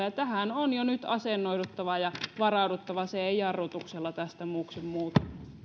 ja tähän on jo nyt asennoiduttava ja varauduttava se ei jarrutuksella tästä muuksi muutu